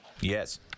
Yes